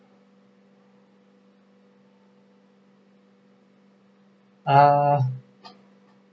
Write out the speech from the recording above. ah